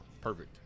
perfect